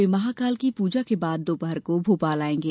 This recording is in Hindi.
वे महाकाल की पूजा के बाद दोपहर को भोपाल आयेंगे